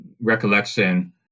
recollection